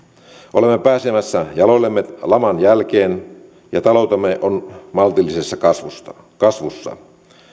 olemme pääsemässä jaloillemme laman jälkeen ja taloutemme on maltillisessa kasvussa